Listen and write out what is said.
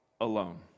alone